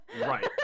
Right